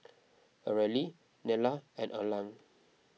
Areli Nella and Erland